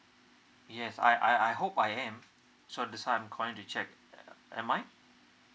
yes I I I hope I am so that's why I'm calling to check uh am I